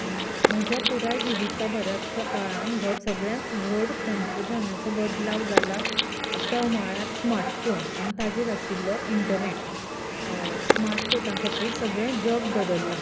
म्हज्या पुराय जिविता भराच्या काळांत व्हड सगळ्यांत व्हड तंत्रज्ञानाचो बदलाव जाला तो म्हळ्यार स्मार्टफोन आन् ताजेर आशिल्लो इर्ण्टनॅट स्माटफोना खातीर सगळें जग बदल्लां